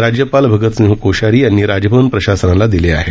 राज्यपाल भगतसिंह कोश्यारी यांनी राजभवन प्रशासनाला दिली आहे